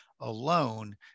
alone